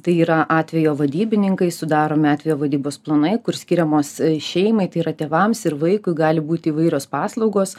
tai yra atvejo vadybininkai sudaromi atvejo vadybos planai kur skiriamos šeimai tai yra tėvams ir vaikui gali būti įvairios paslaugos